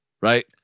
Right